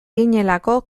ginelako